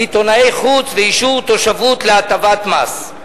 עיתונאי חוץ ואישור תושבות להטבת מס.